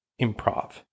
improv